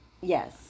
yes